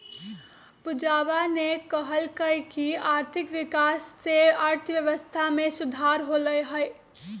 पूजावा ने कहल कई की आर्थिक विकास से अर्थव्यवस्था में सुधार होलय है